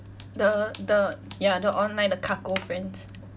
the the ya the online the kakao friends